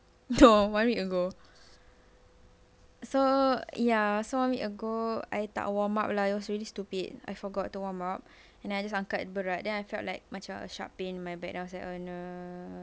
no one week ago so ya so one week ago I tak warm up lah it was really stupid I forgot to warm up and then I just angkat berat then I felt like macam a sharp pain in my back then I was like oh no